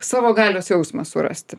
savo galios jausmą surasti